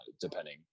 depending